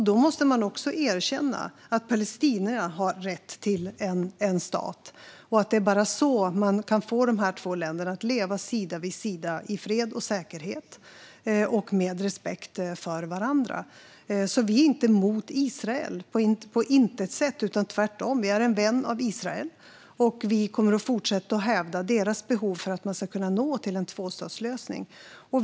Då måste man erkänna att Palestina har rätt till en stat och att det bara är så man kan få de två länderna att leva sida vid sida i fred och säkerhet och med respekt för varandra. Vi är på intet sätt emot Israel, utan tvärtom är vi en vän av Israel. Vi kommer att fortsätta att hävda deras behov för att en tvåstatslösning ska kunna nås.